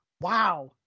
Wow